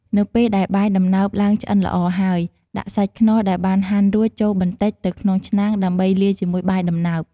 នៅពេលដែលបាយដំណើបឡើងឆ្អិនល្អហើយ ដាក់សាច់ខ្នុរដែលបានហាន់រួចចូលបន្តិចទៅក្នុងឆ្នាំងដើម្បីលាយជាមួយបាយដំណើប។